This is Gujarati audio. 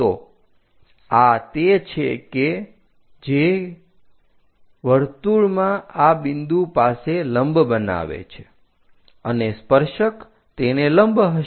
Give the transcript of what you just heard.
તો આ તે છે કે જે કે વર્તુળમાં આ બિંદુ પાસે લંબ બનાવે છે અને સ્પર્શક તેને લંબ હશે